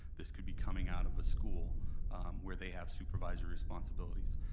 this could be coming out of a school where they have supervisory responsibilities.